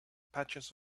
patches